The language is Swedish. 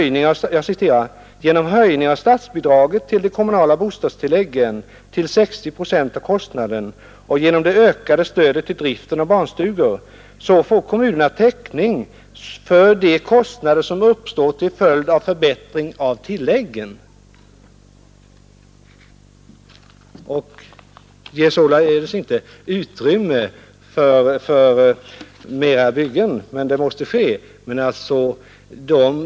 Jag citerar: ”Genom höjningen av statsbidraget till de kommunala bostadstilläggen till 60 76 av kostnaden och genom det ökade stödet till driften av barnstugor får kommunerna täckning för de kostnader som uppstår till följd av förbättringarna av tilläggen.” Det ges således inte utrymme för mera byggen, men sådana måste ske.